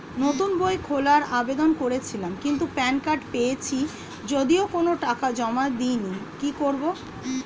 নতুন বই খোলার আবেদন করেছিলাম কিন্তু প্যান কার্ড পেয়েছি যদিও কোনো টাকা জমা দিইনি কি করব?